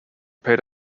paid